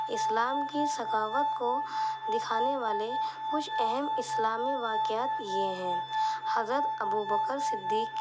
اسلام کی سخاوت کو دکھانے والے کچھ اہم اسلامی واقعات یہ ہیں حضرت ابو بکر صدیق